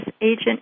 agent